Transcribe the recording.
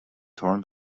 torn